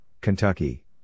Kentucky